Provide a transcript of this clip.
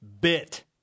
bit